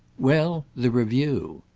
well, the review.